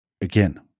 again